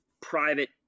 private